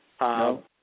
No